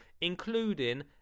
including